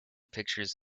pictures